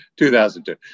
2002